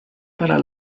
para